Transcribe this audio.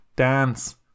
dance